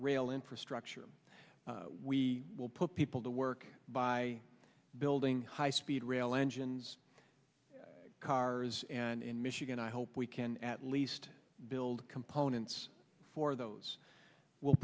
rail infrastructure we will put people to work by building high speed rail engines cars and in michigan i hope we can at least build components for those will